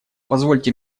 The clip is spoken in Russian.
позвольте